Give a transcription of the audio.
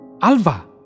Alva